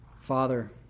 Father